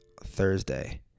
Thursday